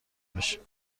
بشیم